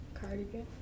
Cardigan